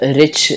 rich